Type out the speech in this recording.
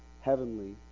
heavenly